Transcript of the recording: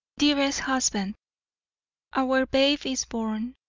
dearest husband our babe is born,